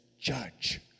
judge